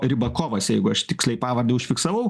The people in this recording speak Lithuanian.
ribakovas jeigu aš tiksliai pavardę užfiksavau